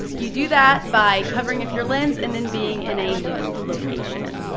you do that by covering up your lens and then being in a new location.